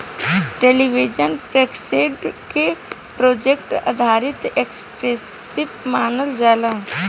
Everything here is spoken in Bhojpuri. टेलीविजन प्रोडक्शन के प्रोजेक्ट आधारित एंटरप्रेन्योरशिप मानल जाला